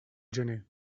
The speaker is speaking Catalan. gener